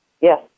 Yes